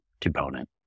component